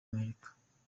amerika